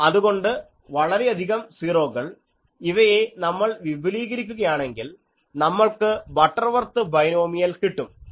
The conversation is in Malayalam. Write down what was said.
അതുകൊണ്ട് വളരെയധികം സീറോകൾ ഇവയെ നമ്മൾ വിപുലീകരിക്കുകയാണെങ്കിൽ നമ്മൾക്ക് ബട്ടർവർത്ത് ബൈനോമിയലിൽ കിട്ടും